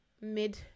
mid